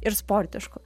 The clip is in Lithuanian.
ir sportišku